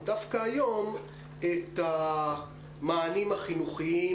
אלא הילדים החולים,